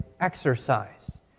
exercise